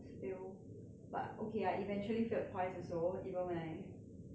but okay I eventually failed twice also even when I 拿 auto